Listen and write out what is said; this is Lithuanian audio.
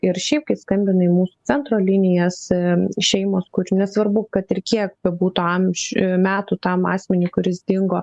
ir šiaip kai skambina į mūsų centro linijas šeimos kur nesvarbu kad ir kiek bebūtų amžiu metų tam asmeniui kuris dingo